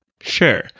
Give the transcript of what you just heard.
Sure